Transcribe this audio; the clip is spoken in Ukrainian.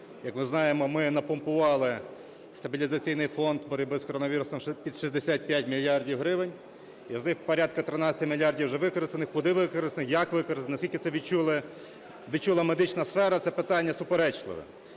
Як ми знаємо, ми напомпували стабілізаційний фонд боротьби з коронавірусом під 65 мільярдів гривень, з них порядку 13 мільярдів вже використаних. Куди використані, як використані, наскільки це відчула медична сфера, це питання суперечливе.